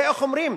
זה איך אומרים,